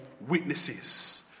Witnesses